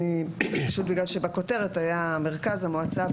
פשוט בגלל שבכותרת היה "מרכז המועצה",